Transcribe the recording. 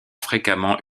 fréquemment